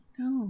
no